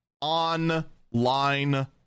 online